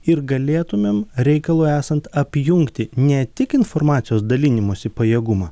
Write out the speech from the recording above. ir galėtumėm reikalui esant apjungti ne tik informacijos dalinimosi pajėgumą